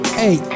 hey